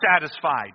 satisfied